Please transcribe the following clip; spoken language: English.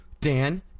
Dan